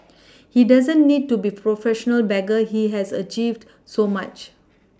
he doesn't need to be a professional beggar he has achieved so much